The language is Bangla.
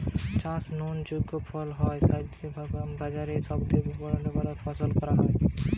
চাষ নু যৌ ফলন হয় স্যাগা কে সাধারণভাবি বাজারি শব্দে প্রোডিউস বা ফসল কয়া হয়